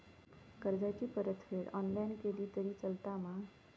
कर्जाची परतफेड ऑनलाइन केली तरी चलता मा?